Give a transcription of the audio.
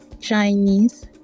Chinese